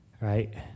right